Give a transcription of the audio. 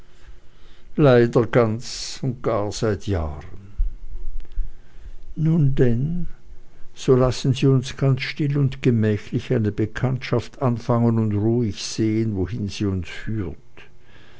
leider ganz und gar seit jahren nun denn so lassen sie uns ganz still und gemächlich eine bekanntschaft anfangen und ruhig sehen wohin sie uns führt